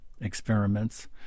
experiments